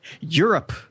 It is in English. Europe